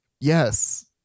yes